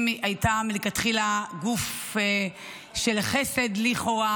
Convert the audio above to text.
אם הייתה מלכתחילה גוף של חסד לכאורה,